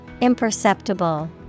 Imperceptible